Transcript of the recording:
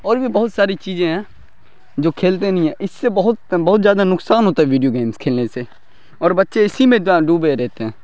اور بھی بہت ساری چیزیں ہیں جو کھیلتے نہیں ہیں اس سے بہت بہت زیادہ نقصان ہوتا ہے ویڈیو گیمس کھیلنے سے اور بچے اسی میں اتنا ڈوبے رہتے ہیں